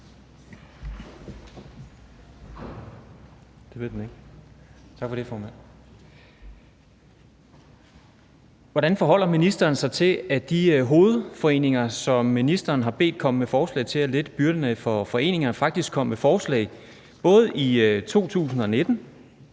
Hvordan forholder ministeren sig til, at de hovedforeninger, som ministeren har bedt komme med forslag til at lette byrderne for foreninger, faktisk kom med forslag både i 2019,